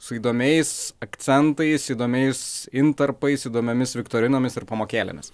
su įdomiais akcentais įdomiais intarpais įdomiomis viktorinomis ir pamokėlėmis